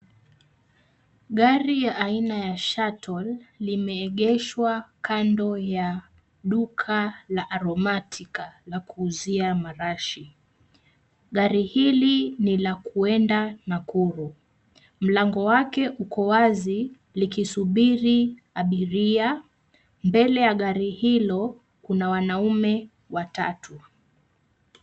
Gari ya aina ya Shuttle limeegeshwa kando ya duka la Aromatica la kuuzia marashi. Gari hili ni la kuenda Nakuru. Mlango wake uko wazi likisubiri abiria. Mbele ya gari hilo kuna wanaume watatu.